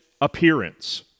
appearance